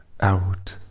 out